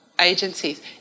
agencies